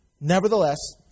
nevertheless